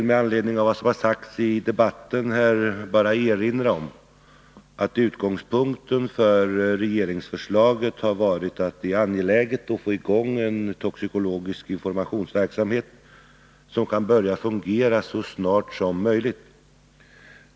Med anledning av vad som har sagts i debatten vill jag erinra om att utgångspunkten för regeringsförslaget har varit att det är angeläget att få i gång en toxikologisk informationsverksamhet som kan börja fungera så snart som möjligt.